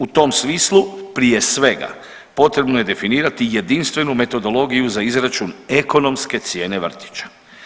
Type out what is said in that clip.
U tom smislu prije svega potrebno je definirati jedinstvenu metodologiju za izračun ekonomske cijene vrtića.